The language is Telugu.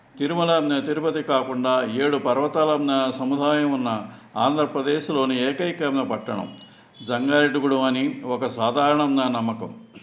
తిరుమల తిరుపతి కాకుండా ఏడు పర్వతాలు ఉన్న సముదాయం ఉన్న ఆంధ్రప్రదేశ్లోని ఏకైకమైన పట్టణం జంగారెడ్డిగూడెం అని ఒక సాధారణంగా ఉన్న నమ్మకం